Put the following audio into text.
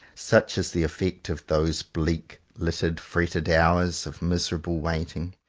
such is the effect of those bleak, littered, fretted hours of miserable waiting,